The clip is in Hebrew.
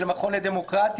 של המכון לדמוקרטיה,